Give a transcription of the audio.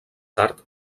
tard